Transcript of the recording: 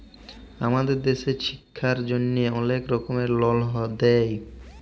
আমাদের দ্যাশে ছিক্ষার জ্যনহে অলেক রকমের লল দেয়